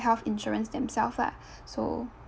health insurance themselves lah so